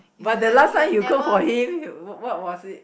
but the last time you cook for him what was it